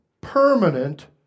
permanent